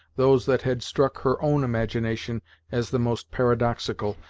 those that had struck her own imagination as the most paradoxical,